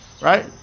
Right